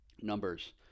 numbers